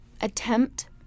attempt